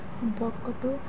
সম্পৰ্কটো